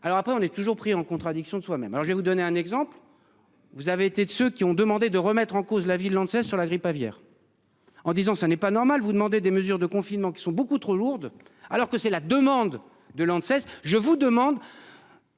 Alors après, on est toujours pris en contradiction de soi-même. Alors je vais vous donner un exemple. Vous avez été de ceux qui ont demandé de remettre en cause la ville sur la grippe aviaire. En disant ça n'est pas normal vous demander des mesures de confinement qui sont beaucoup trop lourdes alors que c'est la demande de Lanxess. Je vous demande.